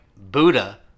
Buddha